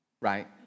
right